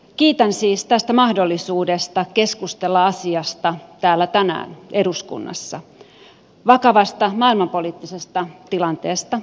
kiitän siis tästä mahdollisuudesta keskustella asiasta tänään täällä eduskunnassa vakavasta maailmanpoliittisesta tilanteesta huolimatta